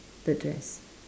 the dress